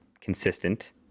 consistent